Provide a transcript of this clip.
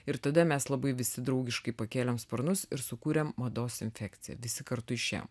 ir tada mes labai visi draugiškai pakėlėm sparnus ir sukūrėme mados infekcija visi kartu išėjom